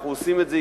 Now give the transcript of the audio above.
אנחנו עושים את זה.